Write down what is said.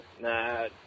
No